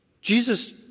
jesus